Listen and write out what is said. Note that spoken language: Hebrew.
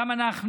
גם אנחנו